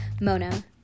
mona